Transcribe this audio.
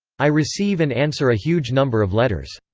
i receive and answer a huge number of letters.